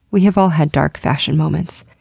we have all had dark fashion moments.